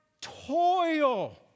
toil